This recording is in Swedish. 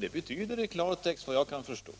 Det betyder i klartext, såvitt jag kan förstå,